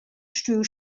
stuiu